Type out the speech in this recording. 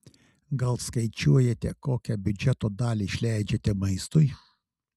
gal skaičiuojate kokią biudžeto dalį išleidžiate maistui